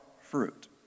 fruit